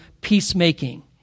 peacemaking